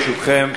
ברשותכם,